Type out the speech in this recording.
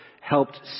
helped